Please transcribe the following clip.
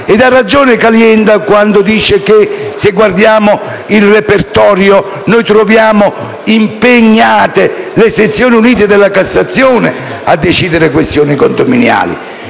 ed ha ragione Caliendo quando dice che se guardiamo il repertorio noi troviamo impegnate le sezioni unite della Cassazione a decidere su questioni condominiali.